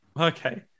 Okay